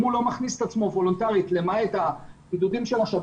אם הוא לא מכניס את עצמו וולנטרית למעט הבידודים של השב"כ,